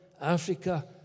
Africa